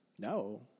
No